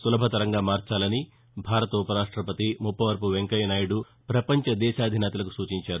సులభతరంగా మార్చాలని భారత ఉపరాష్టపతి ముప్పవరపు వెంకయ్య నాయుడు పపంచ దేశాధినేతలకు సూచించారు